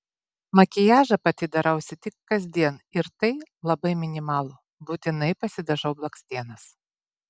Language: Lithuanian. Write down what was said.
makiažą pati darausi tik kasdien ir tai labai minimalų būtinai pasidažau blakstienas